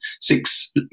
six